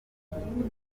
hateganyijwe